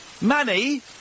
Manny